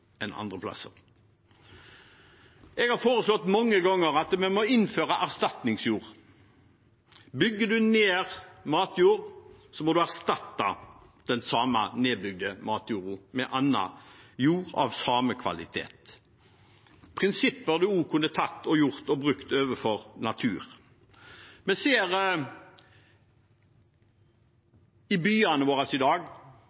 enn andre plasser. Jeg har foreslått mange ganger at vi må innføre erstatningsjord. Bygger man ned matjord, må man erstatte den samme nedbygde matjorden med annen jord av samme kvalitet – prinsipper man også kunne brukt på natur. Vi ser arealbruken i byene våre i dag. Man ser